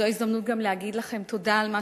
זו ההזדמנות גם להגיד לכם תודה על מה